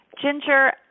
Ginger